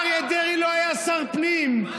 אריה דרעי לא היה שר פנים.